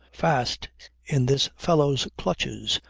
fast in this fellow's clutches,